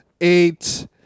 eight